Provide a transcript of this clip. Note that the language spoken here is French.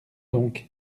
donc